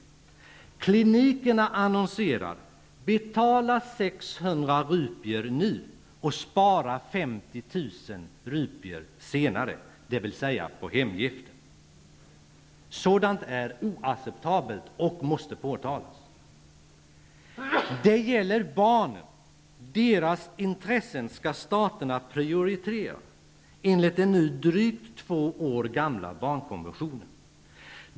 Klinikerna annonserar: ''Betala 600 rupier nu och spara 50 000 rupier senare'', dvs. på hemgiften. Sådant är oacceptabelt och måste påtalas. Det gäller barnen, vilkas intressen staterna skall prioritera enligt den nu drygt två år gamla barnkonventionen.